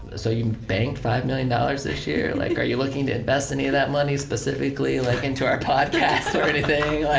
so you banked five million dollars this year? like are you looking to invest any of that money specifically like into our podcast or anything?